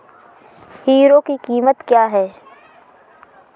Hero की कीमत क्या है?